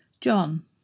John